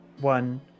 one